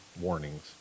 warnings